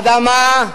אדמה,